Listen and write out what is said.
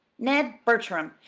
ned bertram,